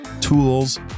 tools